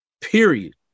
Period